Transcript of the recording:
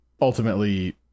ultimately